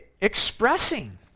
expressing